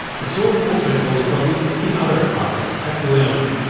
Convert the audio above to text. the storm also caused problems in other apartments at palermo.